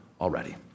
already